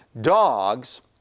Dogs